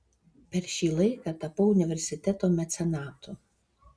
per šį laiką tapau universiteto mecenatu